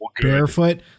barefoot